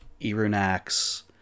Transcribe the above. Irunax